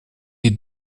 est